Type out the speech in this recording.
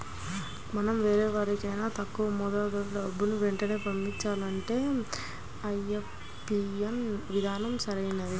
మనం వేరెవరికైనా తక్కువ మొత్తంలో డబ్బుని వెంటనే పంపించాలంటే ఐ.ఎం.పీ.యస్ విధానం సరైనది